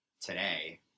today